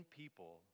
people